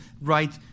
right